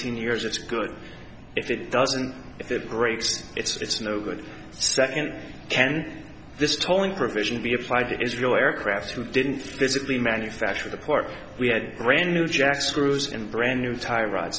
eighteen years it's good if it doesn't if it breaks it's no good second ken this tolling provision be applied to israel aircraft who didn't physically manufacture the port we had brand new jack screws and brand new tire ride